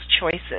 choices